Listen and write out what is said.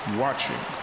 watching